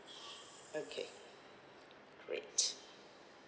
okay great